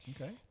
Okay